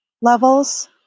levels